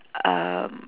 um